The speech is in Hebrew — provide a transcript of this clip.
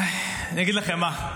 אני אגיד לכם מה,